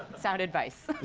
sound advice.